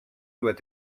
doit